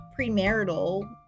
premarital